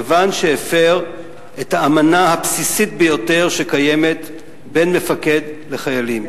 כיוון שהפר את האמנה הבסיסית ביותר שקיימת בין מפקד לחיילים.